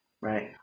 Right